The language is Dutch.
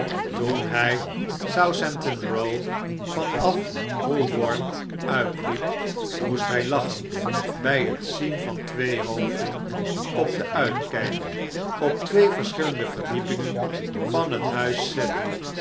toen hij southampton row van af holborn ujtliep moest hij lachen bij het zien van twee hoofden op den uitkijk op twee verschillende verdiepingen van het huis